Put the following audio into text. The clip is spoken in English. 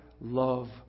love